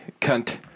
Cunt